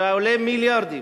שעולה מיליארדים,